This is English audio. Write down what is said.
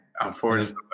Unfortunately